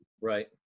Right